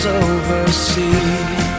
overseas